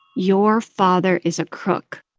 your father is a crook